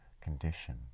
condition